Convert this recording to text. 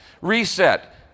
Reset